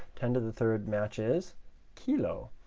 ten to the third matches kilo,